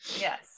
Yes